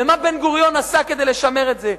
ומה בן-גוריון עשה כדי לשמר את זה?